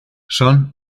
son